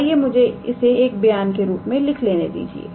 आइए मुझे इसे एक बयान के रूप में लिख लेने दीजिए